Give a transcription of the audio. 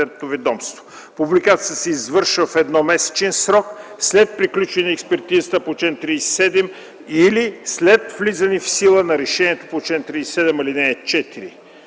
Публикацията се извършва в едномесечен срок след приключване на експертизата по чл. 37 или след влизане в сила на решението по чл. 37, ал. 4.